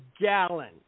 gallon